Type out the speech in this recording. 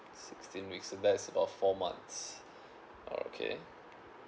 sixteen weeks that's about four months okay